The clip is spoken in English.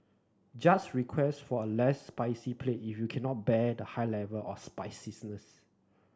just request for a less spicy plate if you cannot bear the high level of spiciness